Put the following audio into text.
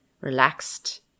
relaxed